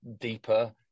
deeper